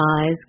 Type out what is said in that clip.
eyes